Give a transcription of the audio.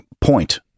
point